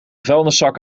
vuilniszak